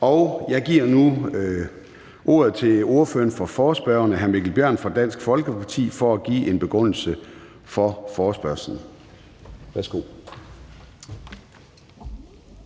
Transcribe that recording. og jeg giver nu ordet til ordføreren for forespørgerne, hr. Mikkel Bjørn fra Dansk Folkeparti, for at give en begrundelse for forespørgslen. Værsgo.